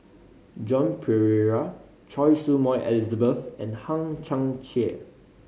Joan Pereira Choy Su Moi Elizabeth and Hang Chang Chieh